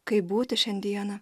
kaip būti šiandieną